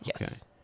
Yes